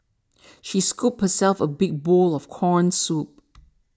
she scooped herself a big bowl of Corn Soup